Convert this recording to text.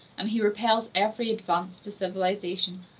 and he repels every advance to civilization,